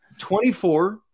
24